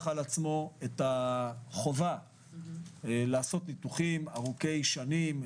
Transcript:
על עצמו את החובה לעשות ניתוחים ארוכי שנים,